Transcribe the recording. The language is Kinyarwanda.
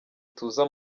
tuza